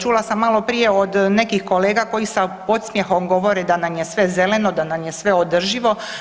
Čula sam malo prije od nekih kolega koji sa podsmjehom govore da nam je sve zeleno, da nam je sve održivo.